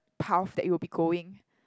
path that it will be going